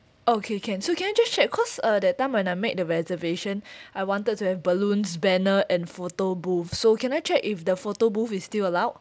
okay can so can I just check cause uh that time when I make the reservation I wanted to have balloons banner and photo booth so can I check if the photo booth is still allowed